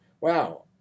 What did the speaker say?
wow